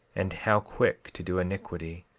and how quick to do iniquity,